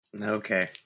Okay